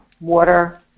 Water